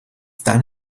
done